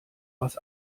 was